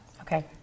Okay